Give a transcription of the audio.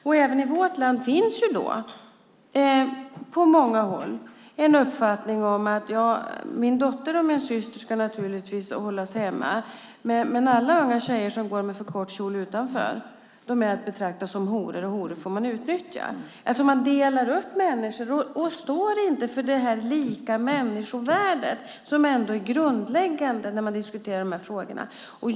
Också i vårt land finns på många håll en uppfattning av typen: Min dotter och min syster ska naturligtvis hållas hemma, men alla unga tjejer som går med för kort kjol utanför är att betrakta som horor, och horor får man utnyttja. Man delar alltså upp människor och står inte för det lika människovärde som ändå är grundläggande när man diskuterar dessa frågor.